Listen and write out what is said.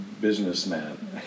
businessman